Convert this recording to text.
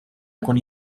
ikun